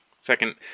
second